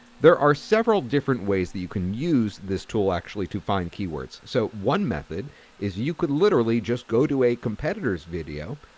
there are several different ways that you can use this tool actually to find keywords. so one method is you could literally just go to a competitor's video.